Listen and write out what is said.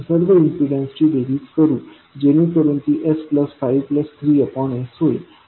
आपण सर्व इम्पीडन्सची बेरीज करू जेणेकरून ती s53s होईल